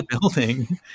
building